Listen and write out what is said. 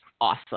awesome